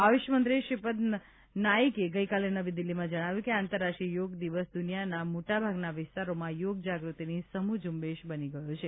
આયુષમંત્રી શ્રીપદ યશો નાઇકે ગઇકાલે નવી દિલ્હીમાં જણાવ્યું કે આંતરરાષ્ટ્રીય યોગ દિવસ દૂનિયાના મોટાભાગના વિસ્તારોમાં યોગ જાગૃતિની સમૂહ ઝૂંબેશ બની ગયો છે